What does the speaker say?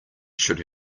should